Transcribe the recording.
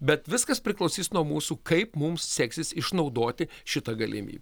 bet viskas priklausys nuo mūsų kaip mums seksis išnaudoti šitą galimybę